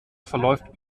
verläuft